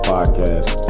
Podcast